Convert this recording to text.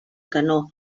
canó